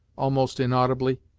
almost inaudibly.